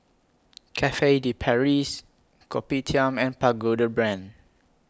Cafe De Paris Kopitiam and Pagoda Brand